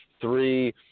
three